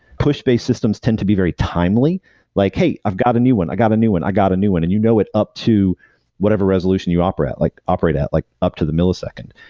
push-based systems tend to be very timely like, hey, i've got a new one, i got a new one, i got a new one. and you know it up to whatever resolution you operate like operate at like up to the millisecond.